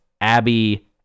Abby